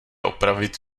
opravit